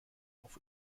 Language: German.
auf